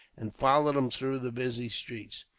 and followed him through the busy streets.